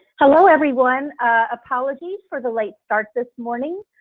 hello, everyone. apologies for the late start this morning.